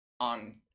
on